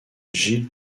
jill